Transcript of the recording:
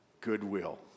Goodwill